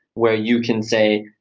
where you can say,